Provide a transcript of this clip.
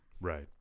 Right